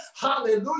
hallelujah